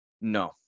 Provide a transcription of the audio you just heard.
no